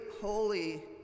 holy